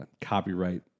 copyright